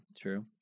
true